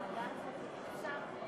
חברי הכנסת, תם סדר-היום.